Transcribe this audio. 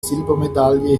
silbermedaille